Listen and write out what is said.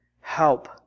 Help